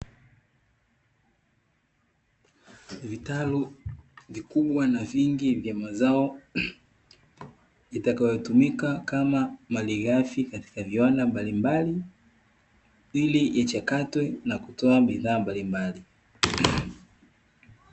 Vitalu vikubwa na vingi vya mazao, vitakavyotumika kama malighafi katika viwanda mbalimbali ili ichakatwe na kutoa bidhaa mbalimbali.